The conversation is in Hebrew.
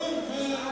בואו.